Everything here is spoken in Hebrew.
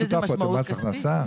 מה, הוא מס הכנסה?